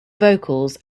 vocals